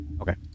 Okay